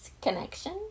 connection